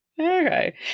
Okay